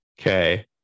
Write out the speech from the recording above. Okay